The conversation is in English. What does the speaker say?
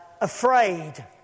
afraid